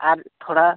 ᱟᱨ ᱛᱷᱚᱲᱟ